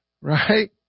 Right